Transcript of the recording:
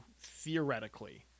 theoretically